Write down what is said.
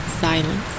Silence